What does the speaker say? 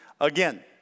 Again